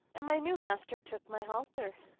and my new master took my halter,